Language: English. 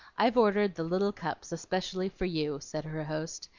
i've ordered the little cups especially for you, said her host,